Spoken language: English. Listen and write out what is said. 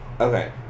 Okay